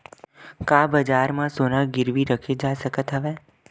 का बजार म सोना गिरवी रखे जा सकत हवय?